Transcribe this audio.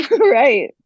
Right